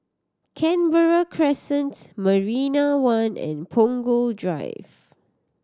Canberra Crescent Marina One and Punggol Drive